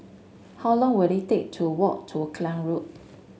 how long will it take to walk to Klang Road